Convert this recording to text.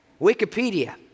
Wikipedia